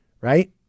right